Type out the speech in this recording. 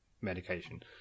medication